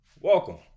welcome